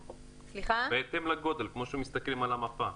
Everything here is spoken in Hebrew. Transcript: בהתאם לגודל, כמו שמסתכלים על המפה.